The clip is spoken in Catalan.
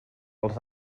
els